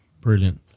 Brilliant